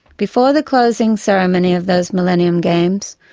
before the closing ceremony of those millennium games,